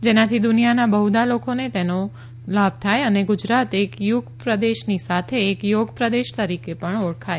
જેનાથી દુનિયાના બહ્ધા લોકોને તેનો લાભ થાય અને ગુજરાત એક યુગ પ્રદેશની સાથે એક યોગ પ્રદેશ તરીકે પણ ઓળખાય